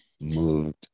moved